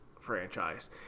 franchise